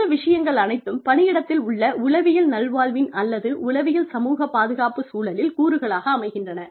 இந்த விஷயங்கள் அனைத்தும் பணியிடத்தில் உள்ள உளவியல் நல்வாழ்வின் அல்லது உளவியல் சமூகப் பாதுகாப்பு சூழலில் கூறுகளாக அமைகின்றன